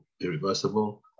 irreversible